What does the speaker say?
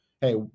hey